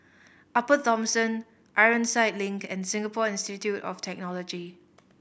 Upper Thomson Ironside Link and Singapore Institute of Technology